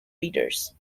readers